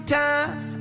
time